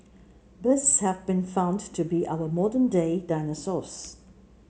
birds have been found to be our modern day dinosaurs